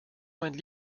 meinen